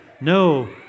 No